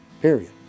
Period